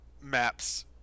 maps